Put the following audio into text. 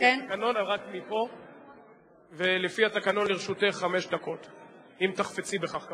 אני רק דוחה מכול וכול את תאריך היעד הזה.